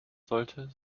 sollte